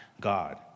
God